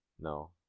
No